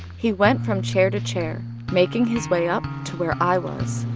he went from chair to chair, making his way up to where i was.